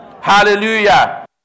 Hallelujah